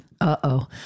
Uh-oh